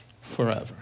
forever